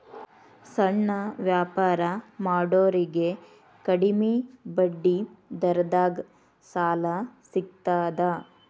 ಸಣ್ಣ ವ್ಯಾಪಾರ ಮಾಡೋರಿಗೆ ಕಡಿಮಿ ಬಡ್ಡಿ ದರದಾಗ್ ಸಾಲಾ ಸಿಗ್ತದಾ?